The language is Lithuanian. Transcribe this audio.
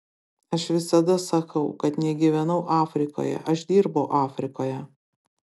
aš visada sakau kad negyvenau afrikoje aš dirbau afrikoje